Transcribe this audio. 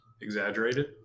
exaggerated